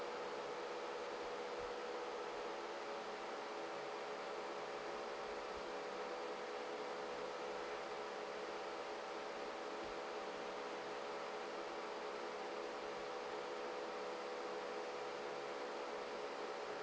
um